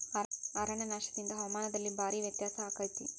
ಅರಣ್ಯನಾಶದಿಂದ ಹವಾಮಾನದಲ್ಲಿ ಭಾರೇ ವ್ಯತ್ಯಾಸ ಅಕೈತಿ